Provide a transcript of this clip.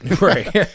Right